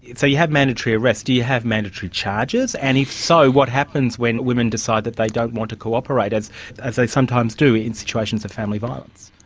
you have mandatory arrests, do you have mandatory charges, and if so, what happens when women decide that they don't want to corporate, as as they sometimes do in situations of family violence?